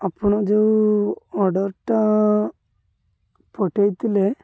ଆପଣ ଯେଉଁ ଅର୍ଡ଼ର୍ଟା ପଠାଇଥିଲେ